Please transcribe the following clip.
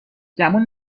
گمون